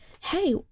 hey